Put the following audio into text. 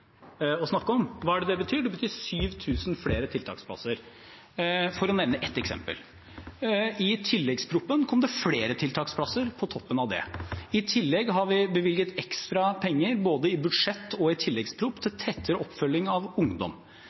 å snakke om. Hva er det det betyr? Det betyr 7 000 flere tiltaksplasser – for å nevne ett eksempel. I tilleggsproposisjonen kom det flere tiltaksplasser på toppen av det. I tillegg har vi bevilget ekstra penger både i budsjett og i tilleggsproposisjonen til tettere oppfølging av ungdom,